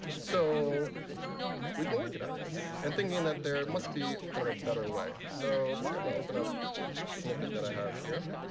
so we've been working on this, and thinking that there must be kind of a better way. so um i open up a snippet that i have here